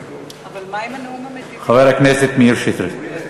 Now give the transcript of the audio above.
חבר הכנסת מאיר שטרית.